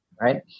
right